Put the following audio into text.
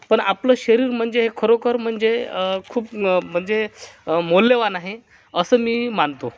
पण आपलं शरीर म्हणजे खरोखर म्हणजे खूप म्हणजे मौल्यवान आहे असं मी मानतो